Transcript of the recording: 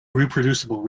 reproducible